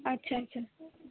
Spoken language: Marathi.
अच्छा अच्छा